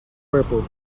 purple